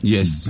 Yes